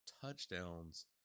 touchdowns